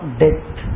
death